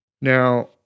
Now